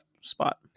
spot